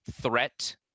threat